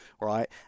right